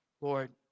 Lord